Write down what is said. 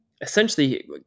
Essentially